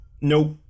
nope